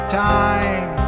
time